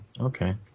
okay